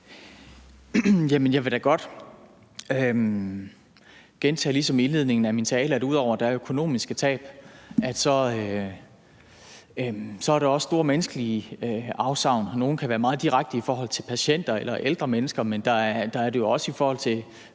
jeg vil da godt gentage det, jeg sagde i indledningen af min tale, nemlig at der ud over de økonomiske tab også er store menneskelige afsavn. Nogle kan være meget direkte i forhold til patienter eller ældre mennesker, men det er de jo også i forhold til